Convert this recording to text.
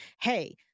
hey